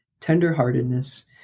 tenderheartedness